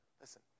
listen